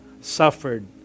suffered